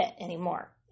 anymore